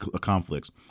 conflicts